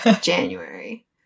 January